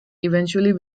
eventually